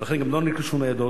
ולכן גם לא נרכשו ניידות,